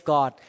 God